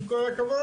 עם כל הכבוד,